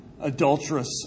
adulterous